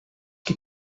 que